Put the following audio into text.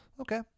Okay